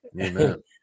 Amen